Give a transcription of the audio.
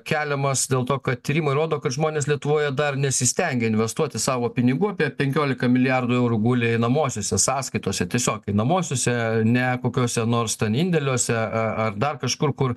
keliamas dėl to kad tyrimai rodo kad žmonės lietuvoje dar nesistengia investuoti savo pinigų apie penkioliką milijardų eurų guli einamosiose sąskaitose tiesiog einamosiose ne kokiuose nors ten indėliuose ar dar kažkur kur